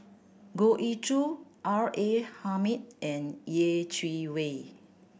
Goh Ee Choo R A Hamid and Yeh Chi Wei